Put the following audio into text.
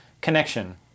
connection